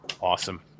awesome